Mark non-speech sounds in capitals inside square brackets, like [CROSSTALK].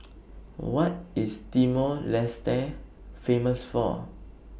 [NOISE] What IS Timor Leste Famous For